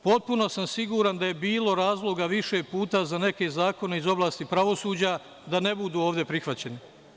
Potpuno sam siguran da je bilo razloga više puta za neke zakone iz oblasti pravosuđa da ne budu ovde prihvaćeni.